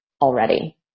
already